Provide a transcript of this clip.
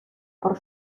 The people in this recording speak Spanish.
por